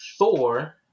Thor